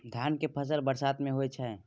धान के फसल बरसात में होय छै?